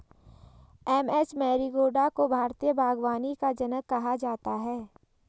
M H Marigowda को भारतीय बागवानी का जनक कहा जाता है